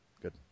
Good